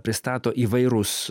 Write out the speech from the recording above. pristato įvairūs